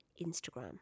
Instagram